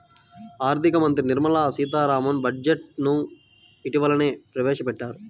ఆర్ధిక మంత్రి నిర్మలా సీతారామన్ బడ్జెట్ ను ఇటీవలనే ప్రవేశపెట్టారు